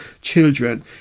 children